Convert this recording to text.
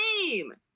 name